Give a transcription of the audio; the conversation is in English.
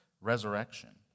resurrection